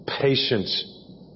patience